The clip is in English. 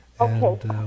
Okay